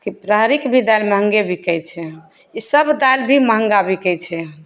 कि राहरीके भी दालि महँगे बिकै छै ई सभ दालि भी महँगा बिकै छै